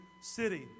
city